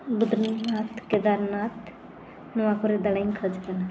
ᱵᱚᱫᱨᱤᱱᱟᱛᱷ ᱠᱮᱫᱟᱨᱱᱟᱛᱷ ᱱᱚᱣᱟ ᱠᱚᱨᱮ ᱫᱟᱬᱟᱧ ᱠᱷᱚᱡ ᱠᱟᱱᱟ